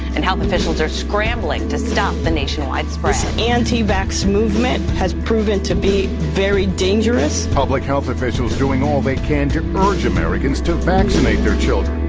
and health officials are scrambling to stop the nationwide spread this anti-vaxx movement has proven to be very dangerous public health officials doing all they can to urge americans to vaccinate their children